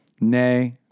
nay